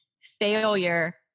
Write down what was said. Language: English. failure